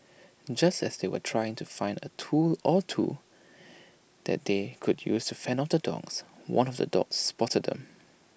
just as they were trying to find A tool or two that they could use to fend off the dogs one of the dogs spotted them